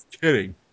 kidding